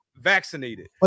Vaccinated